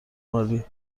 عالی